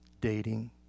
Dating